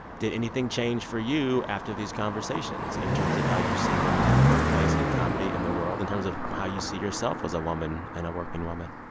did anything change for you after these conversations in terms of how you see women in the workplace, in comedy, in the world, in terms of how you see yourself as a woman and a working woman?